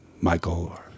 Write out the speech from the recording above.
Michael